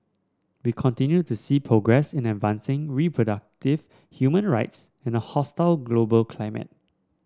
we continue to see progress in advancing reproductive human rights in a hostile global climate